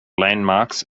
landmarks